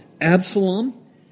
Absalom